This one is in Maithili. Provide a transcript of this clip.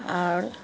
आर